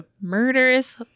murderous